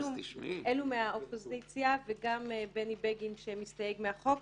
אלו מהאופוזיציה וגם בני בגין שמסתייג מהחוק,